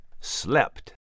slept